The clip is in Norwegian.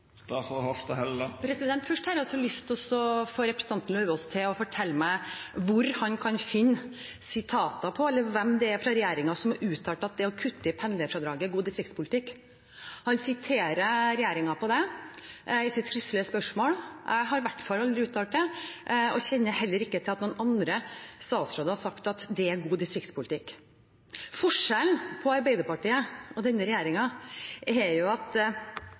Først har jeg lyst til å få representanten Lauvås til å fortelle meg hvor han finner sitater, eller hvem det er fra regjeringen som har uttalt at det å kutte i pendlerfradraget er god distriktspolitikk. Han siterer regjeringen på det i sitt skriftlige spørsmål. Jeg har i hvert fall aldri uttalt det. Jeg kjenner heller ikke til at noen andre statsråder har sagt at det er god distriktspolitikk. Forskjellen på Arbeiderpartiet og denne regjeringen er at